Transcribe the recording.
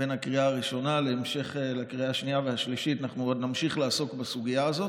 השנייה לקריאה השנייה והשלישית עוד נמשיך לעסוק בסוגיה הזאת.